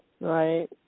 Right